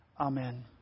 Amen